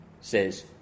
Says